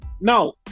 No